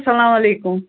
اَسلامُ عَلیکُم